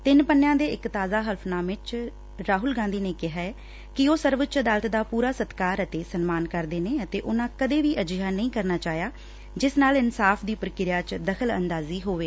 ਤਿੰਨ ਪੰਨਿਆ ਦੇ ਇਕ ਤਾਜ਼ਾ ਹਲਫਨਾਮੇ ਚ ਰਾਹੁਲ ਗਾਧੀ ਨੇ ਕਿਹਾ ਕਿ ਉਹ ਸਰਵਉੱਚ ਅਦਾਲਤ ਦਾ ਪੁਰਾ ਸਤਿਕਾਰ ਅਤੇ ਸਨਮਾਨ ਕਰਦੇ ਨੇ ਅਤੇ ਉਨੂਾਂ ਕਦੇ ਵੀ ਅਜਿਹਾ ਨਹੀਂ ਕਰਨਾ ਚਾਹਿਆ ਜਿਸ ਨਾਲ ਇਨਸਾਫ਼ ਦੀ ਪ੍ਰਕਿਰਿਆ ਚ ਦਖ਼ਲ ਅੰਦਾਜ਼ੀ ਹੋਵੇ